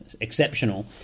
Exceptional